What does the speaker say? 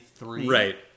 Right